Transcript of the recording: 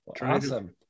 Awesome